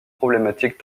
problématique